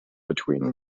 between